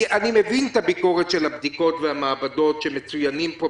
מבין את הביקורת של הבדיקות והמעבדות שמצויינת פה,